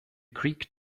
creek